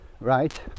right